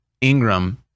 Ingram